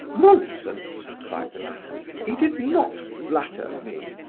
nonsense! cried the latter. he did not flatter me.